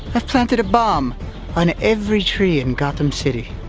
i've planted a bomb on every tree in gotham city.